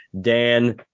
Dan